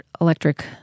electric